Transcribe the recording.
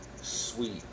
Sweet